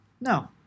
no